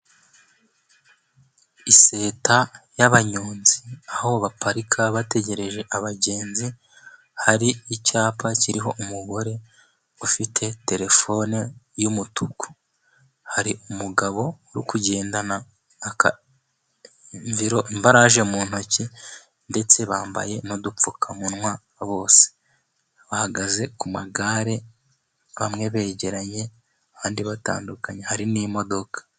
Iseta y'abanyonzi. Aho baparika bategereje abagenzi. Hari icyapa kiriho umugore ufite telefone y'umutuku, hari umugabo uri kugendana akambaraje mu ntoki, ndetse bambaye n'udupfukamunwa. Bose bahagaze ku magare bamwe begeranye abandi batandukanye. Hari n'imodoka.